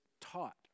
taught